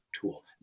tool